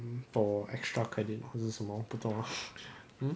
um for extra credit 还是什么不懂 lah